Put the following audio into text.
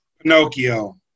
Pinocchio